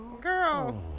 girl